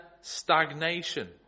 stagnation